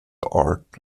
art